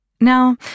Now